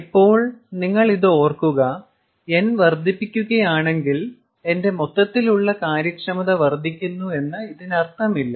ഇപ്പോൾ നിങ്ങൾ ഇത് ഓർക്കുക n വർദ്ധിപ്പിക്കുകയാണെങ്കിൽ എന്റെ മൊത്തത്തിലുള്ള കാര്യക്ഷമത വർദ്ധിക്കുന്നു എന്ന് ഇതിനർത്ഥമില്ല